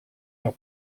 leur